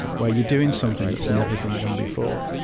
where you're doing something that's never been done before.